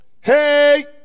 hey